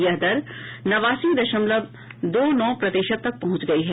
यह दर नवासी दशमलव दो नौ प्रतिशत तक पहंच गई है